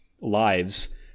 lives